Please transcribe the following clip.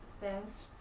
thanks